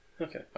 Okay